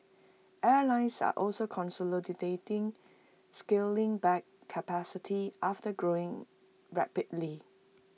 airlines are also consolidating scaling back capacity after growing rapidly